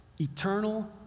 eternal